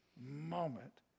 moment